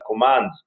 commands